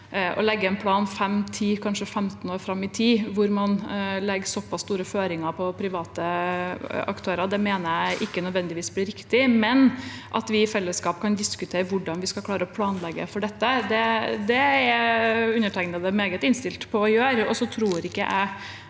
Å legge en plan for 5, 10, kanskje 15 år fram i tid, hvor man legger såpass store føringer på private aktører, mener jeg ikke nødvendigvis blir riktig. At vi i fellesskap kan diskutere hvordan vi skal klare å planlegge for dette, er undertegnede meget innstilt på å gjøre, men jeg tror ikke en